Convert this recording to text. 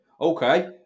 Okay